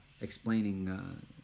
explaining